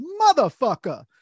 motherfucker